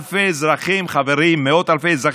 אבקש את חברי הכנסת והקהל לכבד את פניהם